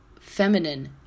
feminine